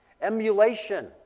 Emulation